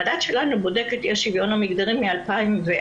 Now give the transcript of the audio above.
המדד שלנו בודק את אי השוויון המגדרי מ-2004,